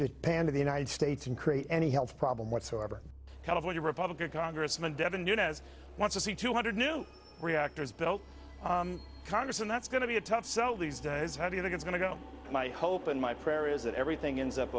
japan to the united states and create any health problem whatsoever california republican congressman devon nunez want to see to her new reactors belt congress and that's going to be a tough sell these days how do you think it's going to go my hope and my prayer is that everything ends up